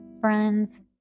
friends